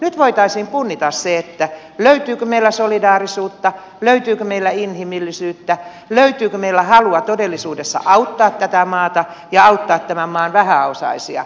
nyt voitaisiin punnita se löytyykö meillä solidaarisuutta löytyykö meillä inhimillisyyttä löytyykö meillä halua todellisuudessa auttaa tätä maata ja auttaa tämän maan vähäosaisia